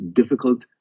difficult